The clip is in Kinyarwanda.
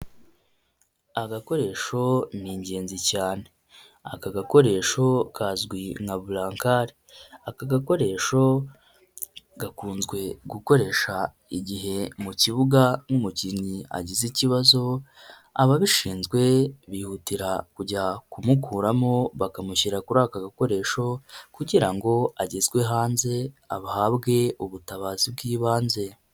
Agakoresho ni ingenzi cyane aka gakoresho kazwi nka burankari, aka gakoresho gakunzwe gukoresha igihe mu kibuga nk'umukinnyi agize ikibazo, ababishinzwe bihutira kujya kumukuramo bakamushyira kuri aka gakoresho kugira ngo agezwe hanze ahabwe ubutabazi bw'ibanze.